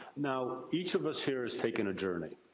now, each of us here has taken a journey.